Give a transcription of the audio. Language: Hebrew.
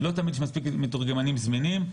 לא תמיד יש מספיק מתורגמנים זמינים,